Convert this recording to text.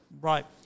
right